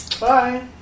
Bye